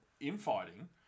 infighting